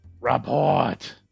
Report